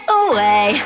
away